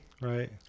right